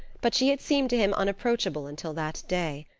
but she had seemed to him unapproachable until that day.